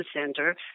center